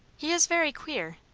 he is very queer.